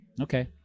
okay